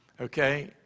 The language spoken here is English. okay